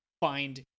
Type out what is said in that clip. find